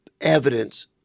evidence